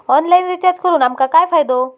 Online recharge करून आमका काय फायदो?